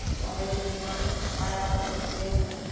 why have you been gone five hours with my baby?